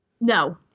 No